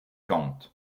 contes